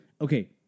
Okay